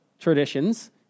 traditions